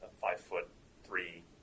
five-foot-three